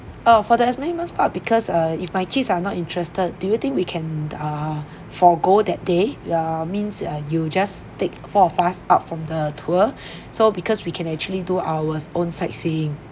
oh for the amusement park because uh if my kids are not interested do you think we can err forgo that day ah means uh you just take four of us out from the tour so because we can actually do our own sightseeing